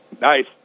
Nice